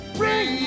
bring